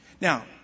Now